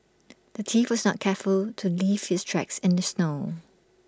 the thief was not careful to leave his tracks in the snow